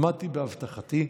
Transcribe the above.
עמדתי בהבטחתי,